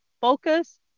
Focus